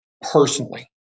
personally